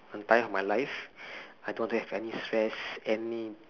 I'm tired of my life I don't want to have any stress any